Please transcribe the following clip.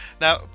Now